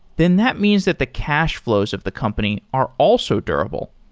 then that means that the cash flows of the company are also durable.